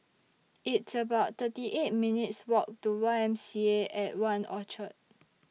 It's about thirty eight minutes' Walk to Y M C A At one Orchard